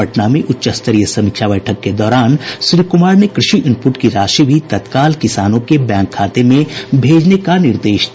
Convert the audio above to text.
पटना में उच्च स्तरीय समीक्षा बैठक के दौरान श्री कुमार ने कृषि इनपुट की राशि भी तत्काल किसानों के खाते में भेजने का निर्देश दिया